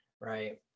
right